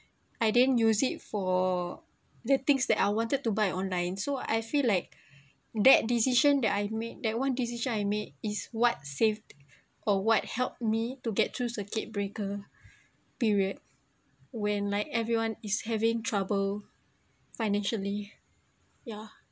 I didn't use it for the things that I wanted to buy online so I feel like that decision that I've made that one decision I made is what saved or what helped me to get through circuit breaker period when like everyone is having trouble financially yeah